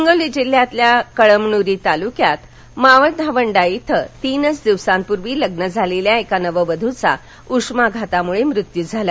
हिंगोली जिल्ह्यातील कळमनुरी तालुक्यात माळधावंडा इथं तीनच दिवसांपूर्वी लग्न झालेल्या एका नववधूचा उष्माघातामुळे मृत्यू झाला